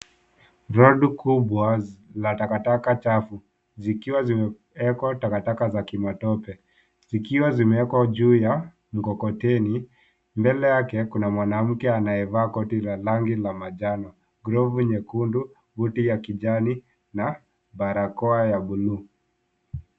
Rundu kubwa la takataka chafu vikiwa vimewekwa takataka za kimatope, zikiwa zimewekwa juu ya mkokoteni. Mbele yake kuna mwanamke anayevaa koti la rangi ya majano glovu nyekundu hudi ya kijani na barakoa ya bluu